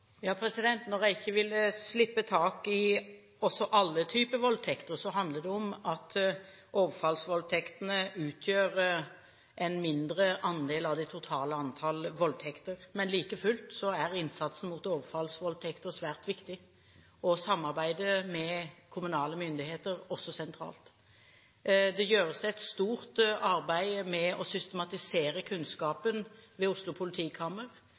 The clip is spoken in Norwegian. Når jeg ikke vil slippe tak i også andre typer voldtekter, handler det om at overfallsvoldtektene utgjør en mindre andel av det totale antall voldtekter. Men like fullt er innsatsen mot overfallsvoldtekter svært viktig og samarbeidet med kommunale myndigheter også sentralt. Det gjøres et stort arbeid med å systematisere kunnskapen ved Oslo